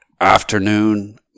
afternoon